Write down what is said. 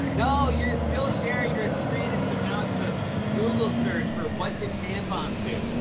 no, you're still sharing your screen, except now it's the google search for what do tampons do.